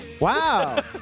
Wow